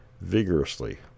vigorously